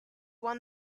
won